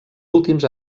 últims